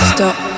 Stop